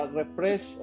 refresh